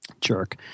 Jerk